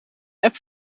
app